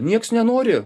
nieks nenori